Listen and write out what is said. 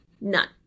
None